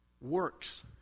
works